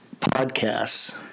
podcasts